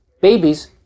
babies